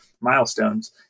milestones